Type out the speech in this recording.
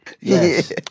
Yes